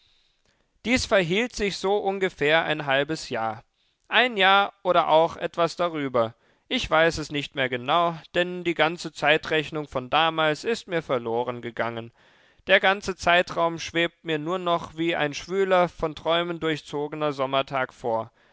dies verhielt sich so ungefähr ein halbes jahr ein jahr oder auch etwas darüber ich weiß es nicht mehr genau denn die ganze zeitrechnung von damals ist mir verlorengegangen der ganze zeitraum schwebt mir nur noch wie ein schwüler von träumen durchzogener sommertag vor